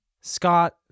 scott